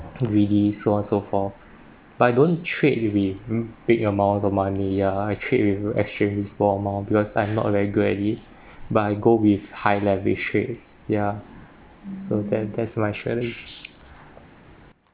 too greedy so on so forth but I don't trade with bi~ mm big amounts of money ya I trade with you exchange formal because I'm not very good at it but I go with high leverage trade ya so that that's my strategy